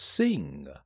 Sing